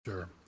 Sure